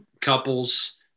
couples